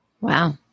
Wow